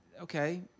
okay